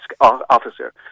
officer